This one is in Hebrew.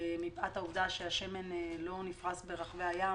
מפאת העובדה שהשמן לא נפרס ברחבי הים